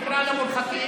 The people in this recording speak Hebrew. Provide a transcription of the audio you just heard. תקרא למורחקים.